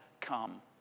come